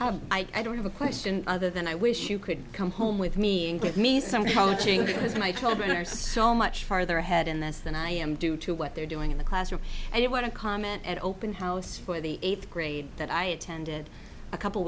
goal i don't have a question other than i wish you could come home with me and get me some coaching because my children are so much farther ahead in this than i am due to what they're doing in the classroom and you want to comment and open house for the eighth grade that i attended a couple